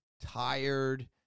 tired